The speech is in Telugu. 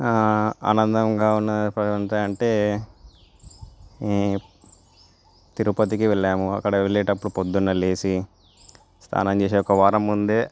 ఆనందంగా ఉన్న ప్రయాణం అంటే తిరుపతికి వెళ్ళాము అక్కడ వెళ్లేటప్పుడు పొద్దున్న లేచి స్నానం చేసి ఒక వారం ముందే